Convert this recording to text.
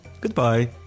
Goodbye